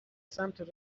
سمت